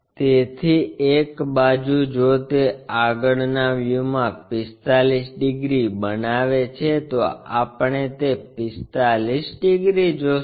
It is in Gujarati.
તેથી એક બાજુ જો તે આગળના વ્યૂમાં 45 ડિગ્રી બનાવે છે તો આપણે તે 45 ડિગ્રી જોશું